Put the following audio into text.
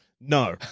No